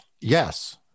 yes